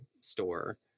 store